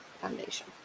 Foundation